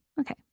Okay